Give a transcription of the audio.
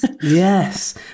yes